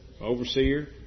Overseer